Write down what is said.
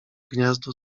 gniazdo